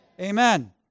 amen